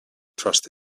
trust